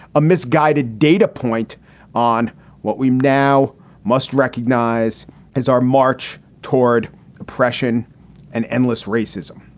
a misguided data point on what we now must recognize as our march toward oppression and endless racism.